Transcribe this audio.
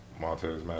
Montez